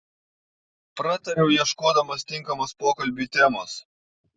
pratariau ieškodamas tinkamos pokalbiui temos